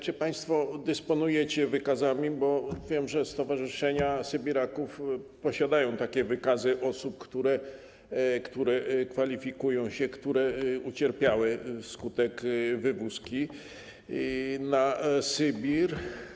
Czy państwo dysponujecie wykazami - wiem, że stowarzyszenia sybiraków posiadają takie wykazy - osób, które kwalifikują się, które ucierpiały wskutek wywózki na Sybir?